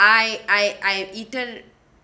I I I've eaten